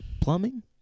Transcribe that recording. plumbing